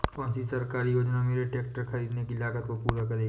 कौन सी सरकारी योजना मेरे ट्रैक्टर ख़रीदने की लागत को पूरा करेगी?